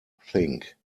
think